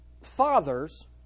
Fathers